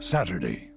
Saturday